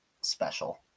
special